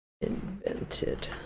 invented